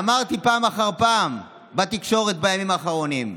ואמרתי פעם אחר פעם בתקשורת בימים האחרונים: